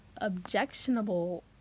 objectionable